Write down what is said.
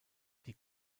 die